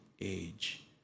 age